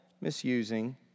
misusing